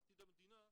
ועתיד המדינה,